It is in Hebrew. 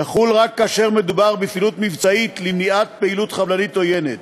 יחול רק כאשר מדובר בפעילות מבצעית למניעת פעילות חבלנית עוינת.